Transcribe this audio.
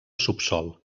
subsòl